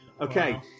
Okay